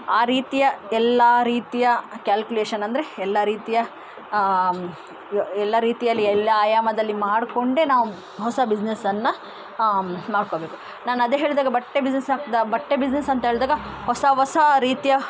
ಆ ರೀತಿಯ ಎಲ್ಲ ರೀತಿಯ ಕಾಕ್ಯುಲೇಷನ್ ಅಂದರೆ ಎಲ್ಲ ರೀತಿಯ ಎಲ್ಲ ರೀತಿಯಲ್ಲಿ ಎಲ್ಲ ಆಯಾಮದಲ್ಲಿ ಮಾಡಿಕೊಂಡೆ ನಾವು ಹೊಸ ಬಿಸ್ನೆಸನ್ನ ಮಾಡಿಕೊಬೇಕು ನಾನು ಅದೇ ಹೇಳಿದಾಗ ಬಟ್ಟೆ ಬಿಸ್ನೆಸ್ ಹಾಕದ ಬಟ್ಟೆ ಬಿಸ್ನೆಸ್ ಅಂತ ಹೇಳಿದಾಗ ಹೊಸ ಹೊಸ ರೀತಿಯ